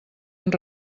amb